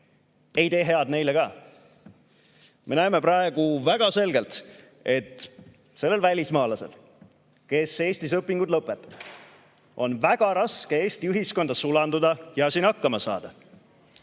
Ei tee me head neile ka. Me näeme praegu väga selgelt, et sellel välismaalasel, kes Eestis õpingud lõpetab, on väga raske Eesti ühiskonda sulanduda ja siin hakkama saada.